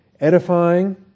edifying